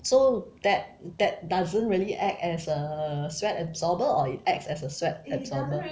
so that that doesn't really act as a sweat absorber or it acts as a sweat absorber